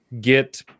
get